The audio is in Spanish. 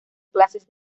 clases